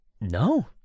No